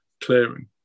clearing